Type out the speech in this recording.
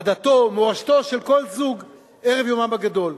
עדתו או מורשתו של כל זוג ערב יומם הגדול.